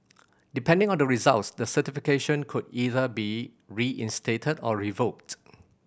depending on the results the certification could either be reinstated or revoked